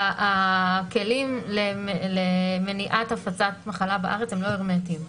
הכלים למניעת הפצת מחלה בארץ הם לא הרמטיים.